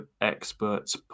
experts